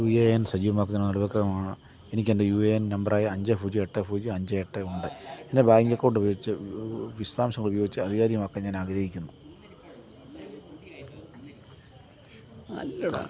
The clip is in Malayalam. യു എ എൻ സജീവമാക്കുന്നതിനുള്ള നടപടിക്രമമാണ് എനിക്കെൻ്റെ യു എ എൻ നമ്പറായ അഞ്ച് പൂജ്യം എട്ട് പൂജ്യം അഞ്ച് എട്ട് ഉണ്ട് എൻ്റെ ബാങ്ക് അക്കൌണ്ട് ഉപയോഗിച്ച് വിശദാംശങ്ങൾ ഉപയോഗിച്ച് ആധികാരികമാക്കാൻ ഞാൻ ആഗ്രഹിക്കുന്നു